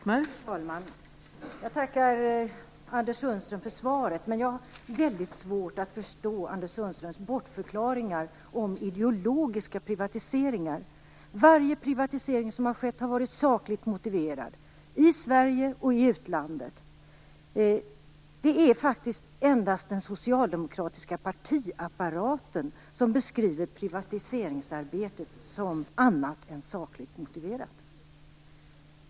Fru talman! Jag tackar Anders Sundström för svaret, men jag har väldigt svårt att förstå Anders Sundströms bortförklaringar om ideologiska privatiseringar. Varje privatisering som skett har varit sakligt motiverad, i Sverige och i utlandet. Det är faktiskt endast den socialdemokratiska partiapparaten som beskriver privatiseringsarbetet som annat än sakligt motiverat.